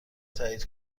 تایید